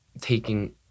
taking